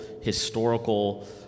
historical